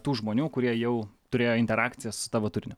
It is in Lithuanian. tų žmonių kurie jau turėjo interakcija su tavo turiniu